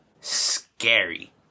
scary